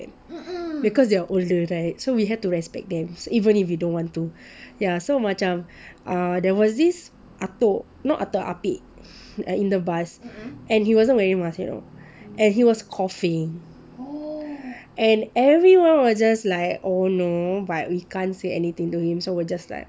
because they are older right so we have to respect them so even if we don't want to ya so macam um there was this atuk not atuk ah pek in the bus and he wasn't wearing mask you know and he was coughing and everyone was just like oh no but we can't say anything to him so we were just like